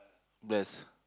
best